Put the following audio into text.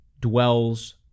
dwells